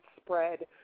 spread